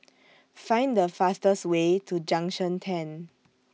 Find The fastest Way to Junction ten